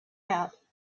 out